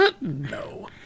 No